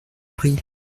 prie